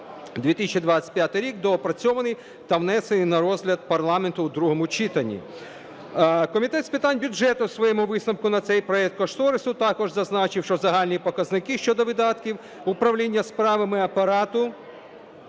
2025 рік, доопрацьований та внесений на розгляд парламенту у другому читанні. Комітет з питань бюджету в своєму висновку на цей проект кошторису також зазначив, що загальні показники щодо видатків управління справами Апарату